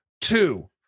Two